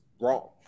wrong